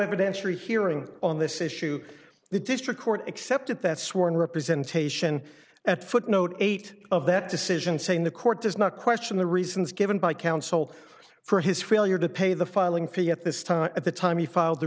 evidentiary hearing on this issue the district court accepted that sworn representation at footnote eight of that decision saying the court does not question the reasons given by counsel for his failure to pay the filing fee at this time at the time he filed the